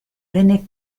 venne